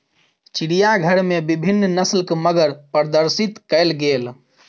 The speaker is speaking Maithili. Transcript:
चिड़ियाघर में विभिन्न नस्लक मगर प्रदर्शित कयल गेल